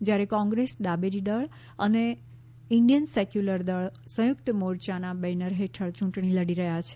જ્યારે કોંગ્રેસ ડાબેરી દળ અને ઇંડિયન સેક્યુલર દળ સંયુક્ત મોરચાના બેનર હેઠળ ચૂંટણી લડી રહ્યા છે